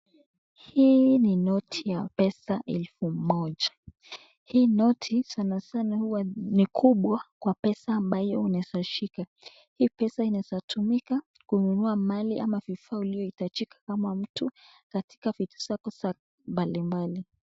Hii ni noti ya pesa elfu moja hii noti hukuwa sana sana huwa ni kubwa kwa pesa ambayo inaweza shika, hii pesa inaweza tumika kununua malia ama vifaa inayohitajika kama mtu, katika vitu zako za mbali mbali.